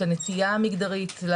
לנטייה המגדרית,